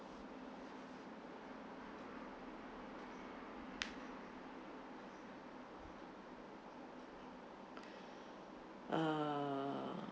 uh